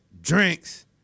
drinks